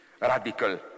radical